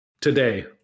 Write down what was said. Today